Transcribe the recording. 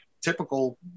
Typical